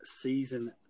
season